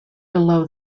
below